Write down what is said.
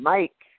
Mike